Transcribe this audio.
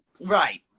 Right